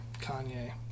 Kanye